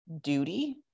duty